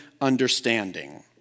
understanding